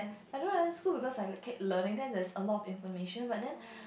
I don't like school because I keep learning that's is a lot of information but then